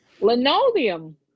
Linoleum